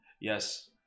Yes